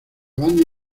banda